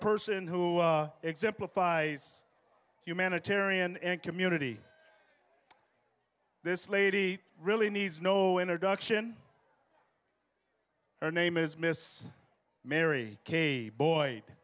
person who exemplifies humanitarian and community this lady really needs no introduction her name is miss mary kay boy